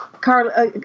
Carla